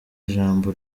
ijambo